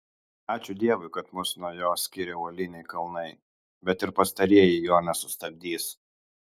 ačiū dievui kad mus nuo jo skiria uoliniai kalnai bet ir pastarieji jo nesustabdys